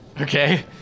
Okay